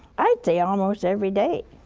i'd say almost every day,